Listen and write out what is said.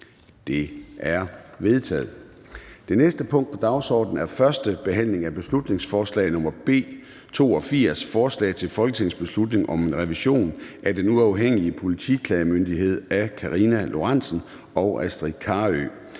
Det er vedtaget. --- Det næste punkt på dagsordenen er: 2) 1. behandling af beslutningsforslag nr. B 82: Forslag til folketingsbeslutning om en revision af Den Uafhængige Politiklagemyndighed. Af Karina Lorentzen Dehnhardt